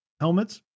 helmets